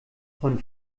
von